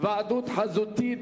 (היוועדות חזותית,